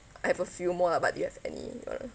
I have a few more lah but do you have any uh